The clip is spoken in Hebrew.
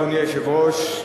אדוני היושב-ראש,